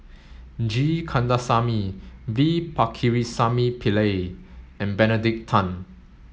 G Kandasamy V Pakirisamy Pillai and Benedict Tan